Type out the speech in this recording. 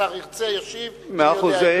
השר ירצה, ישיב אם הוא יודע, אם לא, מאה אחוז.